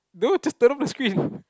no just turn off the screen